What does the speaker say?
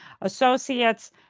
associates